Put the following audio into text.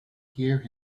hear